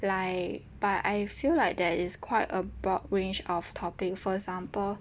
like but I feel like there is quite a broad range of topic for example